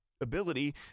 ability